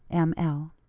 m. l.